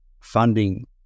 funding